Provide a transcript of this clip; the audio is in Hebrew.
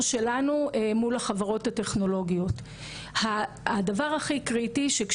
ולכן ככל שאפשר יהיה לייצר מצב בקרב חברות